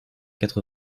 quatre